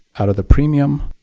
out of the premium?